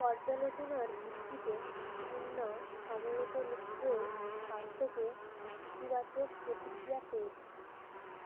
পর্যালোচনার ভিত্তিতে প্যা সমলোচকদের কাছ থেকে ইতিবাচক প্রতিক্রিয়া পেয়েছে